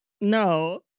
No